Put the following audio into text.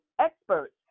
experts